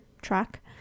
track